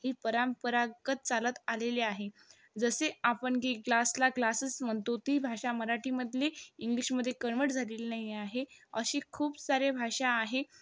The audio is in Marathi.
ही परंपरागत चालत आलेले आहे जसे आपण की ग्लासला ग्लासेस म्हणतो ती भाषा मराठीमधली इंग्लिशमधे कन्व्हर्ट झालेली नाही आहे अशी खूप सारे भाषा आहे